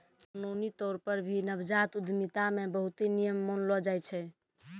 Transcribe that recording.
कानूनी तौर पर भी नवजात उद्यमिता मे बहुते नियम मानलो जाय छै